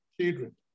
children